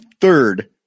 third